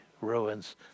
ruins